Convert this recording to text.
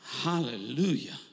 Hallelujah